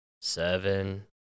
seven